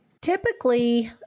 Typically